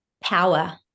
power